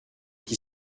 qui